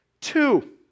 Two